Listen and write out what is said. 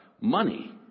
money